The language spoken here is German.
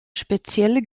spezielle